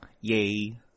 Yay